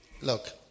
Look